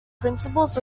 principals